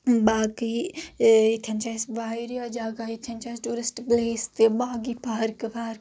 باقٕے ییٚتٮ۪ن چھِ اسہِ واریاہ جگہِ ییٚتٮ۪ن چھِ اسہِ ٹورسٹ پٕلیس تہٕ باقٕے پارکہٕ وارکہٕ